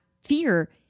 fear